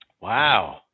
Wow